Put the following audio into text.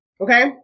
okay